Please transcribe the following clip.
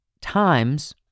times